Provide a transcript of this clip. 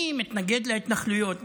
אני מתנגד להתנחלויות,